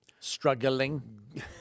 Struggling